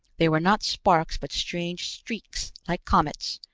they were not sparks but strange streaks, like comets,